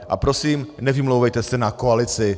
A prosím, nevymlouvejte se na koalici.